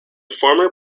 former